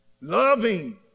loving